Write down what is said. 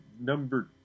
number